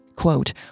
Quote